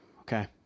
Okay